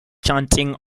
chanting